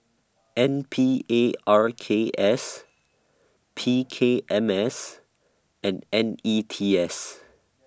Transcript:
N P A R K S P K M S and N E T S